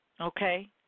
okay